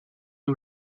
est